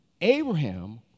Abraham